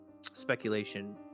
speculation